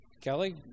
Kelly